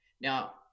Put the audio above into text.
Now